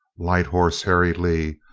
light horse harry lee,